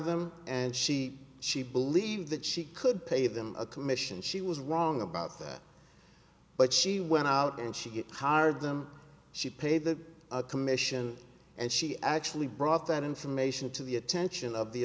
them and she she believed that she could pay them a commission she was wrong about that but she went out and she hired them she paid the commission and she actually brought that information to the attention of the